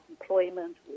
employment